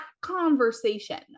conversation